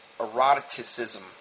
eroticism